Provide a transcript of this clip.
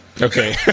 Okay